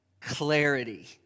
clarity